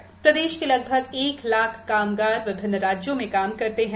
मध्यप्रदेश के लगभग एक लाख कामगार विभिन्न राज्यों में काम करते हैं